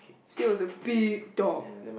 she was a big dog